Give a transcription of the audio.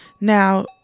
now